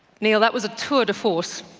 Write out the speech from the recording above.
niall, that was a tour de force.